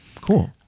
Cool